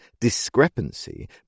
discrepancy